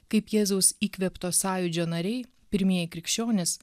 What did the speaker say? kaip jėzaus įkvėpto sąjūdžio nariai pirmieji krikščionys